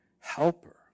helper